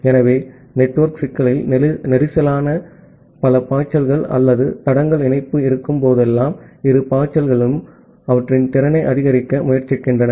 ஆகவே நெட்வொர்க் சிக்கலில் நெரிசலான பல பாய்ச்சல்கள் அல்லது கஞ்சேஸ்ன் இணைப்பு இருக்கும் போதெல்லாம் இரு பாய்ச்சல்களும் அவற்றின் திறனை அதிகரிக்க முயற்சிக்கின்றன